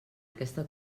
aquesta